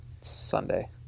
Sunday